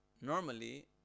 normally